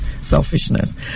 selfishness